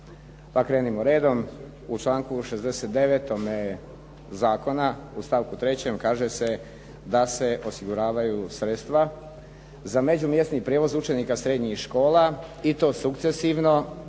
Pa krenimo redom. U članku 69. zakona u stavku 3. kaže se da se osiguravaju sredstva za međumjesni prijevoz učenika srednjih škola i to sukcesivno